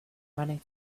running